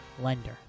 lender